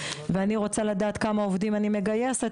אם אני רוצה לדעת כמה עובדים אני מגייסת